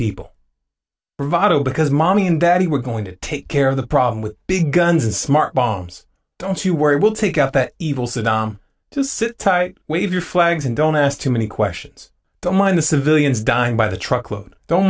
bravado because mommy and daddy were going to take care of the problem with big guns and smart bombs don't you worry we'll take out that evil saddam just sit tight wave your flags and don't ask too many questions don't mind the civilians dying by the truckload don't